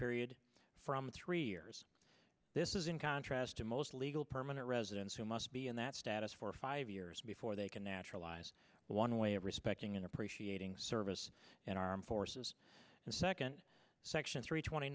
period from three years this is in contrast to most legal permanent residents who must be in that status for five years before they can naturalized one way of respecting and appreciating service in our armed forces and second section three twenty